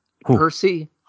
Percy